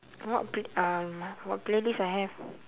what um what playlist I have